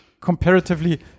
comparatively